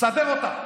מסדר אותן.